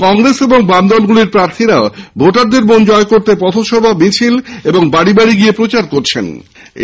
কংগ্রেস ও বামদলগুলির প্রার্থীরাও ভোটারদের মন জয় করতে পথসভা মিছিল ও বাড়ি বাড়ি গিয়ে প্রচার করছেন